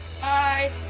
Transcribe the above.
Bye